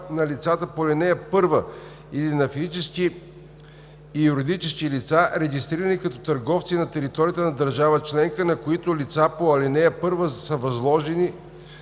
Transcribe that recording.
на лицата по ал. 1 или на физически и юридически лица, регистрирани като търговци на територията на държава членка, на които лицата по ал. 1 са възложили